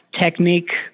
technique